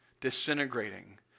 disintegrating